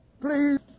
Please